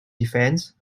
defense